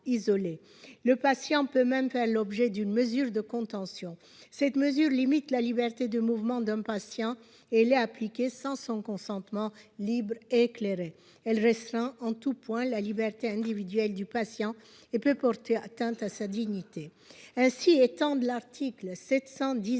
Le patient peut même faire l'objet d'une mesure de contention. Celle-ci limite la liberté de mouvement d'un patient et est appliquée sans son consentement libre et éclairé. Elle restreint en tout point la liberté individuelle du patient et peut porter atteinte à sa dignité. Ainsi, étendre l'article 719